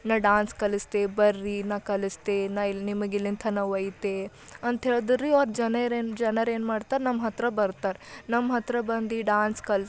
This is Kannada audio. ನಾ ಡಾನ್ಸ್ ಕಲಿಸ್ತೆವು ಬರ್ರಿ ನಾ ಕಲಿಸ್ತೆ ನಾ ಇಲ್ಲಿ ನಿಮಗೆ ಇಲ್ಲಿನ ಥನ ಒಯ್ತೆ ಅಂತೇಳ್ದೆರಿ ಅವ್ರು ಜನರೇನು ಜನರೇನು ಮಾಡ್ತರ ನಮ್ಮಹತ್ರ ಬರ್ತಾರೆ ನಮ್ಮಹತ್ರ ಬಂದು ಡಾನ್ಸ್ ಕಲ್ತು